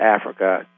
Africa